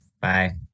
Bye